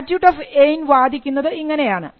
statute of Anne വാദിക്കുന്നത് ഇങ്ങനെയാണ്